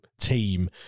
team